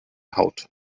haut